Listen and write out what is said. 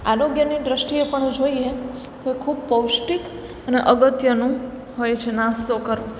આરોગ્યની દૃષ્ટિએ પણ જોઈએ તો ખૂબ પૌષ્ટિક અને અગત્યનું હોય છે નાસ્તો કરવો